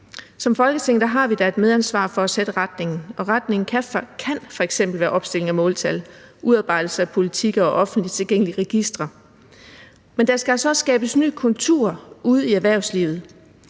Som Folketing har vi da et medansvar for at sætte retningen, og retningen kan f.eks. være opstilling af måltal, udarbejdelse af politikker og offentligt tilgængelige registre. Men der skal altså også skabes en ny kultur ude i erhvervslivet.